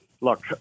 look